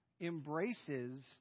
embraces